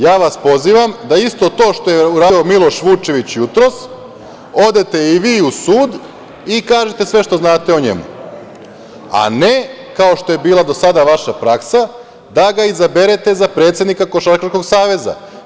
Ja vas pozivam da isto to što je uradio Miloš Vučević jutros, odete i vi u sud i kažete sve što znate o njemu, a ne kao što je bila do sada vaša praksa, da ga izaberete za predsednika Košarkaškog saveza.